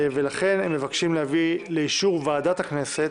לכן הם מבקשים להביא לאישור ועדת הכנסת